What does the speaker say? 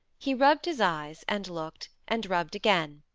he rubbed his eyes, and looked, and rubbed again.